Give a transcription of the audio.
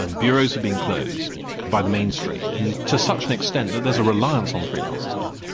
um bureaus have been closed by the mainstream, and to such an extent that there's a reliance on freelancers now.